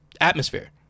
atmosphere